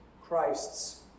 Christ's